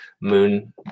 moon